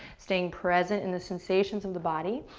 staying present in the sensations of the body,